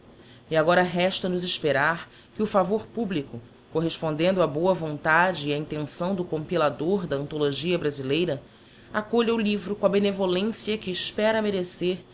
e agora resta nos esperar que o favor publico correspondendo á boa vontade e á intenção do compillador da anthologia brasileira acolha o livro com a benevolência que espera merecer